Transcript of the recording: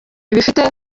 bifite